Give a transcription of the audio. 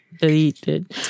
Deleted